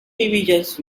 divisions